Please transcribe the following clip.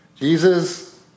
Jesus